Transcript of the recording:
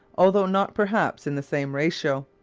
although not perhaps in the same ratio.